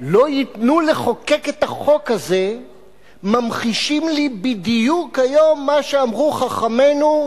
לא ייתנו לחוקק את החוק הזה ממחישים לי היום בדיוק את מה שאמרו חכמינו: